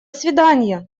свиданья